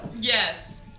yes